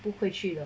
不回去的